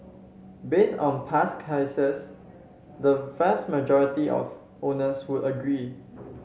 based on past cases the vast majority of owners would agree